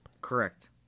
Correct